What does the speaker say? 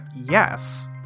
yes